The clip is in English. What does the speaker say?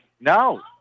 No